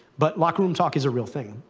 but locker room talk is a real thing.